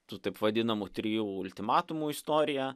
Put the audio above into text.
tų taip vadinamų trijų ultimatumų istoriją